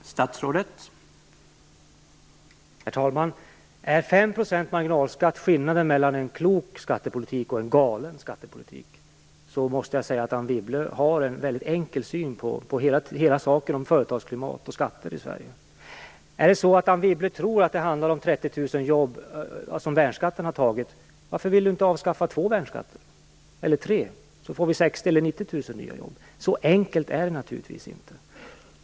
Herr talman! Om Anne Wibble anser att 5 % marginalskatt är skillnaden mellan en klok skattepolitik och en galen måste jag säga att hon har en väldigt enkel syn på hela frågan om företagsklimat och skatter i Sverige. Om Anne Wibble tror att det handlar om att värnskatten har inneburit att 30 000 jobb har försvunnit, varför vill hon då inte avskaffa två värnskatter eller tre, så skulle vi få 60 000 eller 90 000 nya jobb? Så enkelt är det naturligtvis inte.